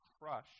crush